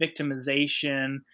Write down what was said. victimization